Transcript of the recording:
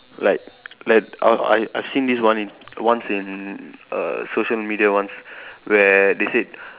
like like I I I've seen this one in once in err social media once where they said